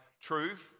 truth